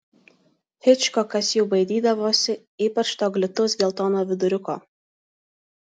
hičkokas jų baidydavosi ypač to glitaus geltono viduriuko